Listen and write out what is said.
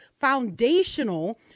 foundational